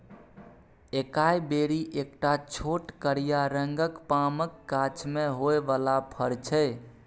एकाइ बेरी एकटा छोट करिया रंगक पामक गाछ मे होइ बला फर छै